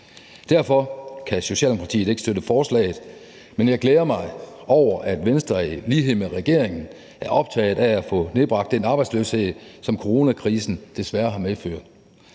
Derfor kan Socialdemokratiet ikke støtte forslaget. Men jeg glæder mig over, at Venstre i lighed med regeringen er optaget af at få nedbragt den arbejdsløshed, som coronakrisen desværre har medført.